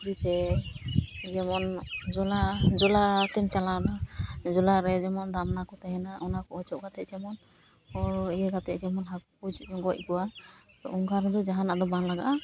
ᱯᱩᱠᱷᱨᱤ ᱛᱮ ᱡᱮᱢᱚᱱ ᱡᱚᱞᱟ ᱡᱳᱞᱟ ᱛᱮᱢ ᱪᱟᱞᱟᱣ ᱮᱱᱟ ᱡᱳᱞᱟᱨᱮ ᱡᱮᱢᱚᱱ ᱫᱟᱢᱱᱟ ᱠᱚ ᱛᱟᱦᱮᱱᱟ ᱚᱱᱟ ᱠᱚ ᱚᱪᱚᱜ ᱠᱟᱛᱮ ᱡᱮᱢᱚᱱ ᱤᱭᱟᱹ ᱠᱟᱛᱮ ᱡᱮᱢᱚᱱ ᱦᱟᱹᱠᱩ ᱠᱚ ᱜᱚᱡ ᱠᱚᱣᱟ ᱚᱱᱠᱟ ᱨᱮᱫᱚ ᱡᱟᱦᱟᱱᱟᱜ ᱫᱚ ᱵᱟᱝ ᱞᱟᱜᱟᱜᱼᱟ